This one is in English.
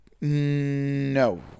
No